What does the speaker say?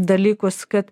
dalykus kad